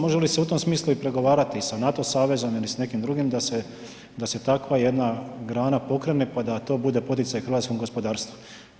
Može li se u tom smislu i pregovarati i sa NATO savezom ili s nekim drugim da se, da se takva jedna grana pokrene pa da to bude poticaj hrvatskom gospodarstvu.